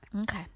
Okay